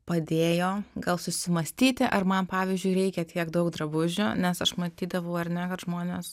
padėjo gal susimąstyti ar man pavyzdžiui reikia tiek daug drabužių nes aš matydavau ar ne kad žmonės